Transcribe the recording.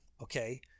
okay